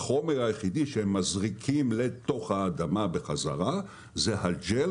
החומר היחידי שמזריקים תוך האדמה בחזרה זה הג'ל